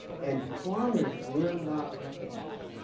and farmers were not recognized